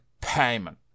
payment